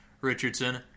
Richardson